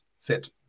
fit